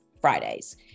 Fridays